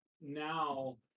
now